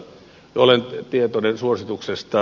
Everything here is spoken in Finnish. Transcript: olen tietoinen suosituksesta